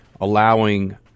allowing